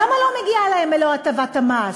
למה לא מגיעה להם מלוא הטבת המס?